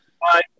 Bye